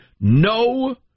no